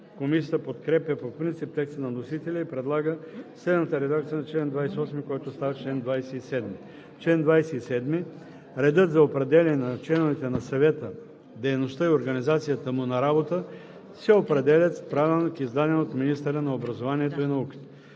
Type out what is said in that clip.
Комисията подкрепя по принцип текста на вносителя и предлага следната редакция на чл. 28, който става чл. 27: „Чл. 27. Редът за определяне на членовете на съвета, дейността и организацията му на работа се определят с правилник, издаден от министъра на образованието и науката.“